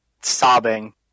sobbing